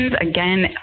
again